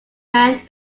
men